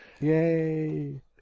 Yay